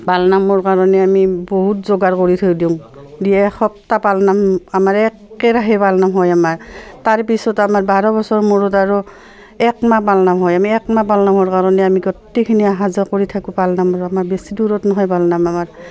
পালনামৰ কাৰণে আমি বহুত যোগাৰ কৰি থৈ দিওঁ দি এসপ্তাহ পালনাম আমাৰ একেৰাহে পালনাম হয় আমাৰ তাৰপিছত আমাৰ বাৰ বছৰ মূৰত আৰু একমাহ পালনাম হয় আমি একমাহ পালনামৰ কাৰণে আমি গোটেইখিনি আহা যোৱা কৰি থাকোঁ পালনামৰ আমাৰ বেছি দূৰত নহয় পালনাম আমাৰ